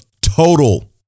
total